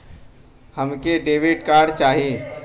हमके debit card चाही?